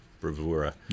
bravura